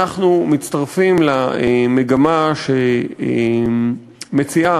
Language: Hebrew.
אנחנו מצטרפים למגמה שמציעה